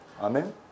Amen